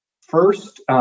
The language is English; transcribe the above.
First